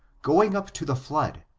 going up to the flood,